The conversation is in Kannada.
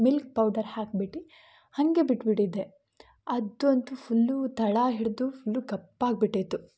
ಮಿಲ್ಕ್ ಪೌಡರ್ ಹಾಕ್ಬಿಟ್ಟು ಹಂಗೆ ಬಿಟ್ಟು ಬಿಟ್ಟಿದ್ದೆ ಅದು ಅಂತು ಫುಲ್ಲು ತಳ ಹಿಡಿದು ಫುಲ್ ಕಪ್ಪಾಗಿಬಿಟ್ಟಿತ್ತು